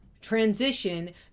transition